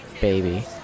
baby